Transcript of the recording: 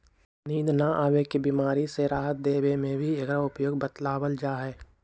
नींद न आवे के बीमारी से राहत देवे में भी एकरा उपयोग बतलावल जाहई